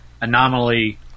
anomaly